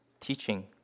Teaching